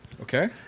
Okay